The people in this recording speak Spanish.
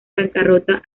bancarrota